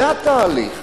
זה התהליך.